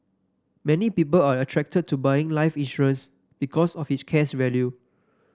many people are attracted to buying life insurance because of its cash value